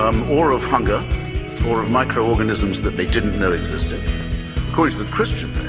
um or of hunger or of microorganisms that they didn't know existed cause the christian